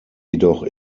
jedoch